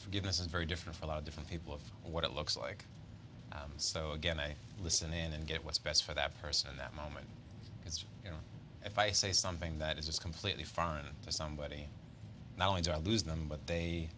forgiveness is very different for a lot of different people of what it looks like so again i listen in and get what's best for that person that moment it's you know if i say something that is completely foreign to somebody now and i lose them but they